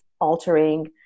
altering